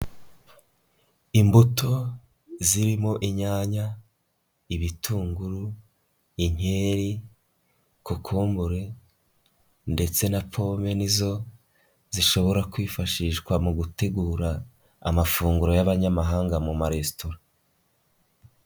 Imbuto zirimo inyanya, ibitunguru, inkeri, kokumbure ndetse na pome nizo zishobora kwifashishwa mu gutegura amafunguro y'abanyamahanga mu maresitora.